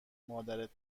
مادرت